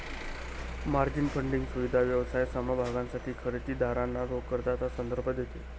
margin funding सुविधा व्यवसाय समभागांसाठी खरेदी दारांना रोख कर्जाचा संदर्भ देते